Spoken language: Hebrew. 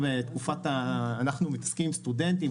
אנחנו מתעסקים עם סטודנטים,